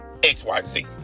XYZ